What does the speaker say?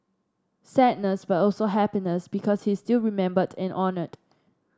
sadness but also happiness because he is still remembered and honoured